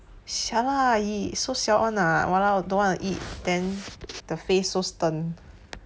[sial] lah he so siao on ah don't want to eat then the face so stern